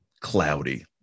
cloudy